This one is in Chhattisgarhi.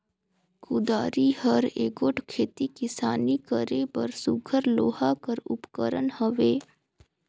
कुदारी हर एगोट खेती किसानी करे बर सुग्घर लोहा कर उपकरन हवे